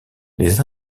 les